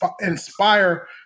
inspire